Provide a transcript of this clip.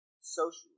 socially